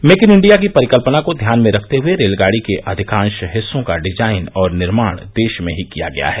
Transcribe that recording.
make in India की परिकल्यना को ध्यान में रखते हुये रेलगाड़ी के अधिकांश हिस्सों का डिजाइन और निर्माण देश में ही किया गया है